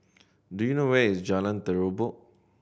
do you know where is Jalan Terubok